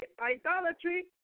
idolatry